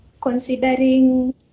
Considering